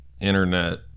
internet